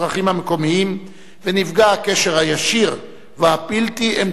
המקומיים ונפגע הקשר הישיר והבלתי-אמצעי